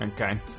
Okay